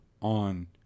on